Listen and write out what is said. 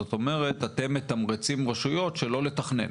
זאת אומרת שאתם מתמרצים רשויות שלא לתכנן.